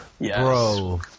Bro